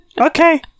Okay